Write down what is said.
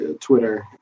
Twitter